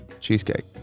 Cheesecake